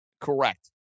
Correct